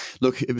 Look